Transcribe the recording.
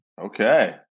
Okay